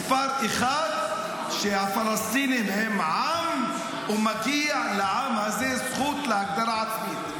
מספר אחת הוא שהפלסטינים הם עם ומגיע לעם הזה זכות להגדרה עצמית.